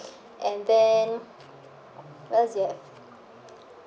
and then what else they have